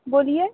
बोलिए